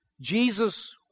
Jesus